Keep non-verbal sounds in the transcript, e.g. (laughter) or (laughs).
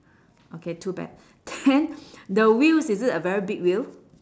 okay too bad then (laughs) the wheels is it a very big wheel